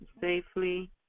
safely